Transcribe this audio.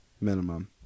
minimum